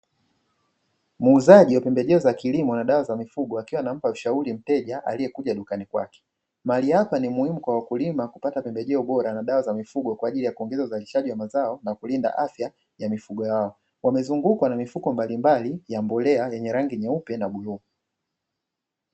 Muuzaji wa pembejeo za kilimo na dawa za mifugo akiwa anampa ushauri mteja aliyekuja dukani kwake. Mahali hapa ni muhimu kwa wakulima kupata pembejeo bora na dawa za mifugo kwa ajili kuongeza uzarishaji wa mazao nakulinda afya ya mifugo yao. Wamezungu kwa na mifuko mbalimbali ya mbolea yenye rangi nyeupe na bluu.